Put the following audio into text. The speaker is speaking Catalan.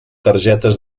targetes